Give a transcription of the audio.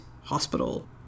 Hospital